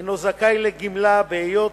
אינו זכאי לגמלה בהיותו